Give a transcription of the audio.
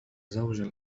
زوجي